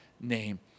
name